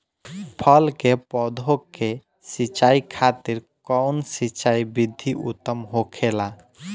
फल के पौधो के सिंचाई खातिर कउन सिंचाई विधि उत्तम होखेला?